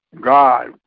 God